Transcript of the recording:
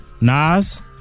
Nas